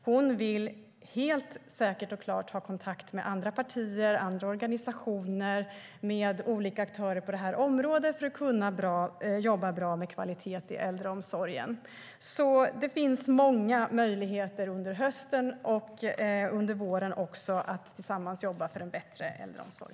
Hon vill helt säkert ha kontakt med andra partier och organisationer och med olika aktörer på området för att kunna jobba bra med kvalitet i äldreomsorgen. Det finns alltså många möjligheter att under hösten och våren jobba tillsammans för en bättre äldreomsorg.